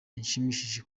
inshimishije